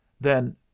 Then—